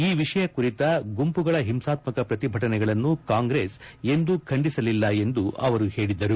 ಈ ವಿಷಯ ಕುರಿತ ಗುಂಪುಗಳ ಹಿಂಸಾತ್ಮಕ ಪ್ರತಿಭಟನೆಗಳನ್ನು ಕಾಂಗ್ರೆಸ್ ಎಂದೂ ಖಂಡಿಸಲಿಲ್ಲ ಎಂದು ಅವರು ಹೇಳಿದರು